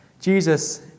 Jesus